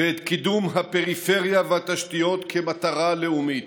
ואת קידום הפריפריה והתשתיות, כמטרה לאומית.